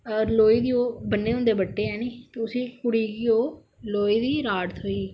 लोहे दी ओह् बने दे होंदे बट्टे है नी उसी कुड़ी गी ओह् लोहे दी राॅड थ्होई गेई